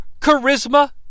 charisma